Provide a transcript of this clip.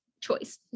choice